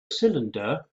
cylinder